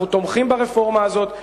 אנחנו תומכים ברפורמה הזאת.